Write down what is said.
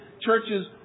churches